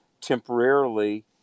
temporarily